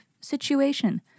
situation